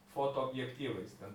fotoobjektyvais ten